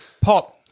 Pop